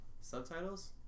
Subtitles